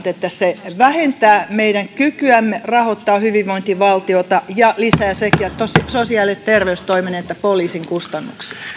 että se vähentää meidän kykyämme rahoittaa hyvinvointivaltiota ja lisää sekä sosiaali ja terveystoimen että poliisin kustannuksia